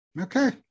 okay